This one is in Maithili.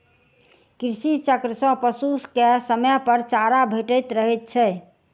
कृषि चक्र सॅ पशु के समयपर चारा भेटैत रहैत छै